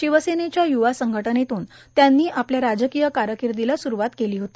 शिवसेनेच्या युवा संघटनेतून त्यांनी आपल्या राजकीय कारकीर्दीला सुरुवात केली होती